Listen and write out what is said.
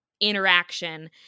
interaction